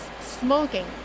smoking